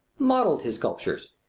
modelled his sculptures.